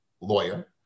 lawyer